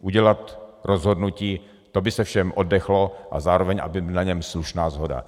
Udělat rozhodnutí to by se všem oddychlo, a zároveň aby na něm byla slušná shoda.